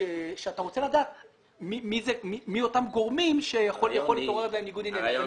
אתה רוצה לדעת מי אותם גורמים שיכול להתעורר בהם ניגוד עניינים.